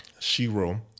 Shiro